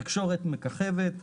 התקשורת מככבת,